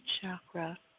chakra